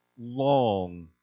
long